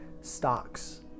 stocks